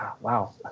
wow